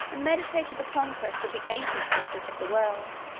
and meditated the conquest of the ancient mistress of the world.